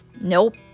Nope